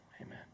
Amen